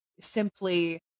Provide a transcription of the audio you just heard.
simply